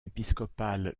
épiscopale